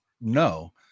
No